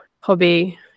hobby